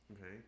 Okay